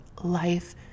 life